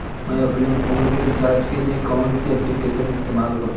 मैं अपने फोन के रिचार्ज के लिए कौन सी एप्लिकेशन इस्तेमाल करूँ?